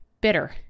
Bitter